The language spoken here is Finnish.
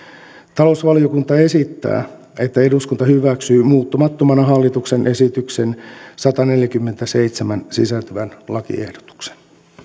talousvaliokunta esittää että eduskunta hyväksyy muuttamattomana hallituksen esitykseen sadanneljänkymmenenseitsemän sisältyvän lakiehdotuksen